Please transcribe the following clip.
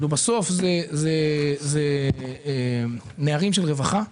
בסוף זה נערים של רווחה.